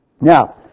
now